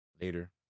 later